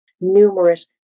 numerous